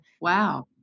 Wow